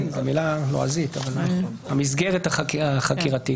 המסגרת החקירתית.